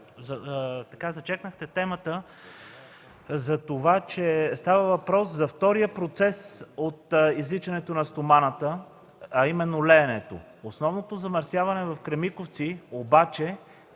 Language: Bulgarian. Вие започнахте темата и затова, че става въпрос за втория процес от извличането на стоманата, а именно леенето. Основното замърсяване в „Кремиковци” обаче е